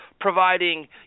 providing